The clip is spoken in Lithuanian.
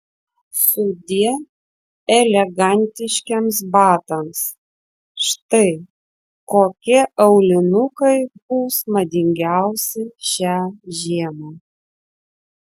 sudie elegantiškiems batams štai kokie aulinukai bus madingiausi šią žiemą